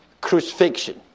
crucifixion